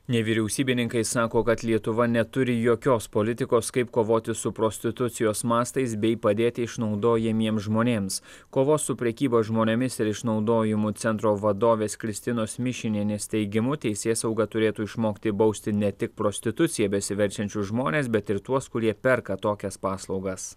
nevyriausybininkai sako kad lietuva neturi jokios politikos kaip kovoti su prostitucijos mastais bei padėti išnaudojamiems žmonėms kovos su prekyba žmonėmis ir išnaudojimu centro vadovės kristinos mišinienės teigimu teisėsauga turėtų išmokti bausti ne tik prostitucija besiverčiančius žmones bet ir tuos kurie perka tokias paslaugas